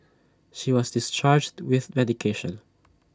she was discharged with medication